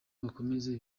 bakomeze